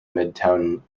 midtown